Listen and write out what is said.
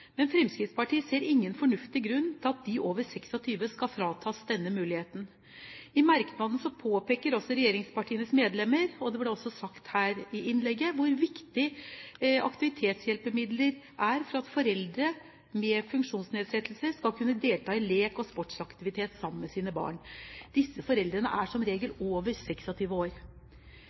men Fremskrittspartiet ser ingen fornuftig grunn til at de over 26 år skal fratas denne muligheten. I merknaden påpeker også regjeringspartienes medlemmer, og det ble også sagt her i innlegget, hvor viktig aktivitetshjelpemidler er for at foreldre med funksjonsnedsettelse skal kunne delta i lek og sportsaktivitet sammen med sine barn. Disse foreldrene er som regel over 26 år.